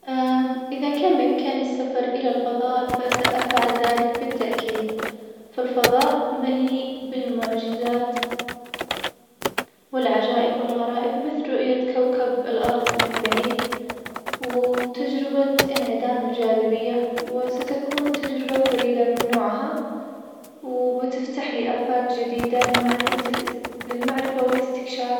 إذا كان بإمكاني السفر إلى الفضاء فسأفعل ذلك بالتأكيد, فالفضاء مليئ بالمعجزات, والعجائب, والغرائب مثل رؤيتة كوكب الأرض من بعيد, وتجربة إنعدام الجاذبية, وستكون تجربة فريدة من نوعها, وبتفتحلي آفاق جديدة لمعرفة الإس- للمعرفة والإستكشاف.